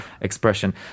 expression